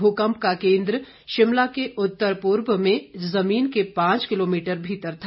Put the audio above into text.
भूकंप का केंद्र शिमला के उत्तर पूर्व में जमीन के पांच किलोमीटर भीतर था